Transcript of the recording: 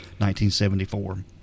1974